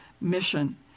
mission